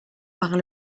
par